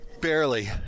Barely